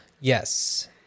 Yes